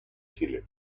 chile